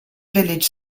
village